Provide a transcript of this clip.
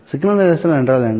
signal laser என்றால் என்ன